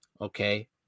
Okay